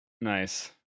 Nice